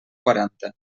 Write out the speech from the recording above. quaranta